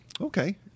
Okay